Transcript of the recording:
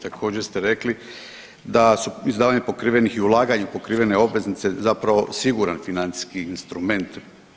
Također, ste rekli da su izdavanje pokrivenih, i ulaganje pokrivene obveznice zapravo siguran financijski instrument.